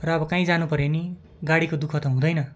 र अब काहीँ जानुपऱ्यो भने गाडीको दुःख त हुँदैन